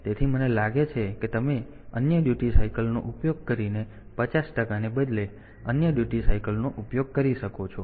તેથી મને લાગે છે કે તમે અન્ય ડ્યુટી સાયકલ નો ઉપયોગ કરીને 50 ટકાને બદલે અન્ય ડ્યુટી સાયકલ નો ઉપયોગ કરીને કરી શકો છો